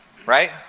Right